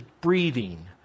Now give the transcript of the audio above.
breathing